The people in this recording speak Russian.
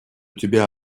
тебя